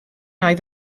oedd